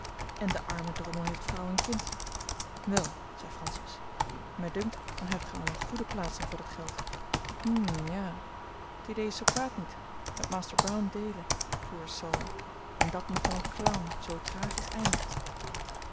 en de arme drommel heeft vrouw en kind wel zei francis mij dunkt dan hebt gij al eene goede plaatsing voor dat geld hm ja t idée is zoo kwaad niet met master brown deelen poor soul en dat nogal een clown zoo tragisch eindigen